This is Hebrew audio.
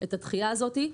הדחייה הזאת.